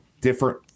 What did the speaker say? different –